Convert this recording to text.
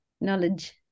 knowledge